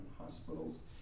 hospitals